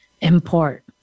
import